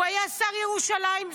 הוא היה שר ירושלים,